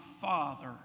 father